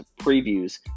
previews